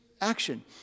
action